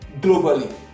globally